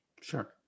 Sure